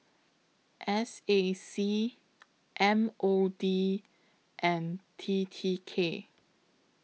S A C M O D and T T K